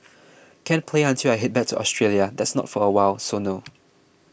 can't play until I head back to Australia that's not for awhile so no